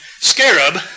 scarab